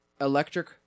electric